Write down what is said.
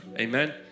Amen